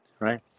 right